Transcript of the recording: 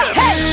hey